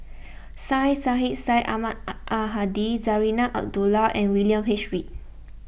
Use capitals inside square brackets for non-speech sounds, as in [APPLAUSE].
[NOISE] Syed Sheikh Syed Ahmad [UNINTELLIGIBLE] Al Hadi Zarinah Abdullah and William H Read